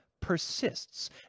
persists